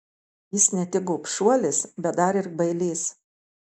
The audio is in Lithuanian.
jis ne tik gobšuolis bet dar ir bailys